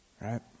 right